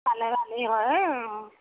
পালে ভালে হয় এই